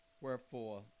wherefore